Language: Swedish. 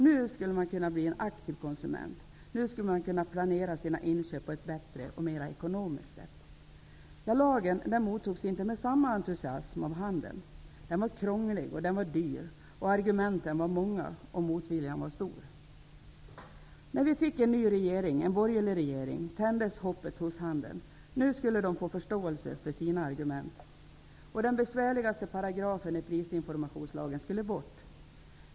Nu skulle man kunna bli en aktiv konsument. Nu skulle man kunna planera sina inköp på ett bättre och mera ekonomiskt sätt. Lagen mottogs inte med samma entusiasm av handeln. Den var krånglig, och den var dyr. Argumenten var många, och motviljan var stor. När vi fick en ny regering, en borgerlig regering, tändes hoppet hos handeln -- nu skulle man möta förståelse för sina argument, och den besvärligaste paragrafen i prisinformationslagen skulle bort.